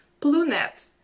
Plunet